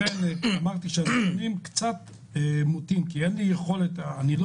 לכן אמרתי שהנתונים קצת מוטים כי אני לא